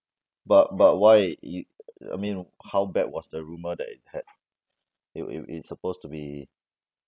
but but why yo~ I mean how bad was the rumour that it had it it it supposed to be